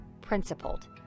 principled